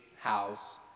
house